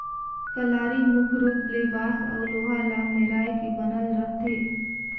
कलारी मुख रूप ले बांस अउ लोहा ल मेराए के बनल रहथे